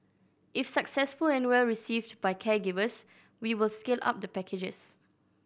if successful and well received by caregivers we will scale up the packages